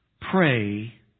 pray